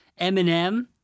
Eminem